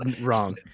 wrong